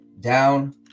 down